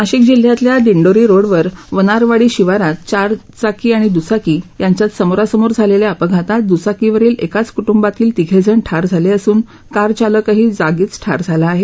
नाशिक जिल्ह्यातल्या दिंडोरी रोडवर वनारवाडी शिवारात चारचाकी आणि दुचाकी यांच्यात समोरासमोर झालेल्या अपघातात दुचाकीवरील एकाच कुटूबांतील तीघे जण ठार झाले असून कार चालकही जागीच ठार झाला आहे